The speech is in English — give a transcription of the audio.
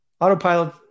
autopilot